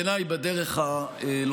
בעיניי, בדרך הלא-נכונה.